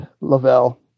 Lavelle